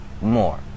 more